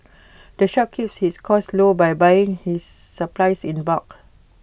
the shop keeps his costs low by buying his supplies in bulk